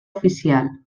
oficial